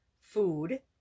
food